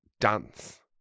dance